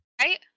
right